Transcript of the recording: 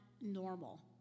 normal